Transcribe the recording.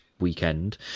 weekend